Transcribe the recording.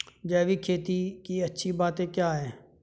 जैविक खेती की अच्छी बातें क्या हैं?